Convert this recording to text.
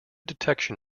detection